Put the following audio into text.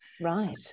Right